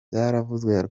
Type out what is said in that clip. byaravuzwe